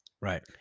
Right